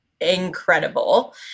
incredible